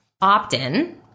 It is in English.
opt-in